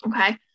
Okay